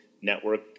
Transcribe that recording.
network